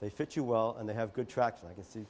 they fit you well and they have good traction i can see